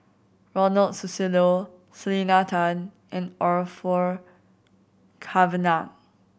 Ronald Susilo Selena Tan and Orfeur Cavenagh